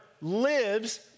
lives